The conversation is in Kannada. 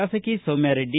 ಶಾಸಕಿ ಸೌಮ್ಯಾ ರೆಡ್ಡಿ